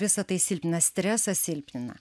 visa tai silpnina stresas silpnina